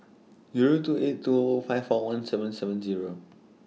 Zero two eight two five four one seven seven Zero